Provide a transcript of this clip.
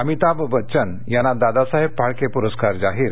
अमिताभ बच्चन यांना दादासाहेब फाळके पुरस्कार जाहीर